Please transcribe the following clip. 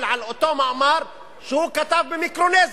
על אותו מאמר שהוא כתב במיקרונזיה.